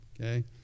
Okay